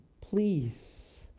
Please